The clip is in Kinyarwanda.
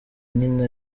nyine